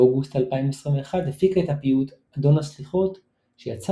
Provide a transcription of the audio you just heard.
באוגוסט 2021 הפיקה את הפיוט ׳אדון הסליחות׳ שיצא